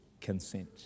consent